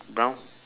brown